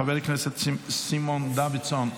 חבר הכנסת סימון דוידסון,